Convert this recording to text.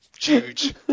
Huge